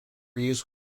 use